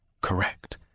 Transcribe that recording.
Correct